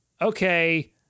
okay